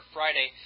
Friday